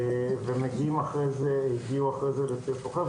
ומגיעים אחרי זה לצי הסוחר,